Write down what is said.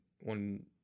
one